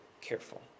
careful